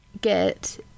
get